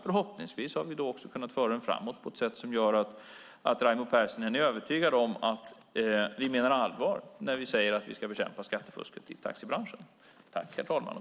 Förhoppningsvis har vi då också kunnat föra den framåt på ett sätt som gör att Raimo Pärssinen är övertygad om att vi menar allvar när vi säger att vi ska bekämpa skattefusket i taxibranschen.